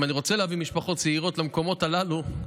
אם אני רוצה להביא משפחות צעירות למקומות הללו,